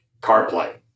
carplay